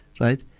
Right